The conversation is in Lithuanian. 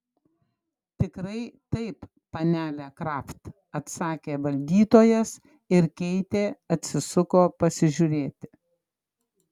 tikrai taip panele kraft atsakė valdytojas ir keitė atsisuko pasižiūrėti